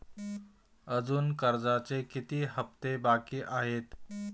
अजुन कर्जाचे किती हप्ते बाकी आहेत?